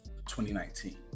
2019